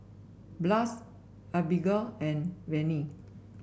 Blas Abigail and Venie